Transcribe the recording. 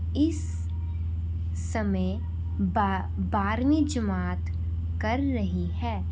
ਇਸ ਸਮੇਂ ਬਾਰ ਬਾਰ੍ਹਵੀਂ ਜਮਾਤ ਕਰ ਰਹੀ ਹੈ